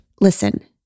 listen